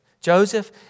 Joseph